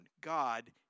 God